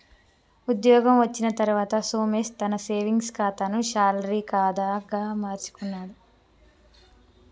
ఉద్యోగం వచ్చిన తర్వాత సోమేశ్ తన సేవింగ్స్ కాతాను శాలరీ కాదా గా మార్చుకున్నాడు